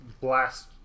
blast